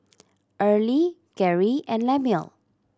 Early Geri and Lemuel